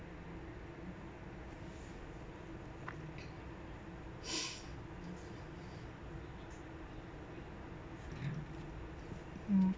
mm